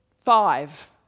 five